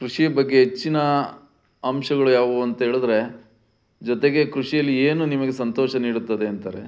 ಕೃಷಿಯ ಬಗ್ಗೆ ಹೆಚ್ಚಿನ ಅಂಶಗಳು ಯಾವುವು ಅಂತ ಹೇಳಿದ್ರೆ ಜೊತೆಗೆ ಕೃಷಿಯಲ್ಲಿ ಏನು ನಿಮಗೆ ಸಂತೋಷ ನೀಡುತ್ತದೆ ಅಂತಾರೆ